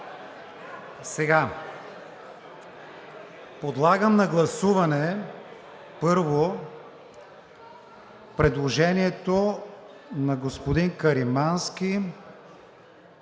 смях.) Подлагам на гласуване предложението на господин Каримански,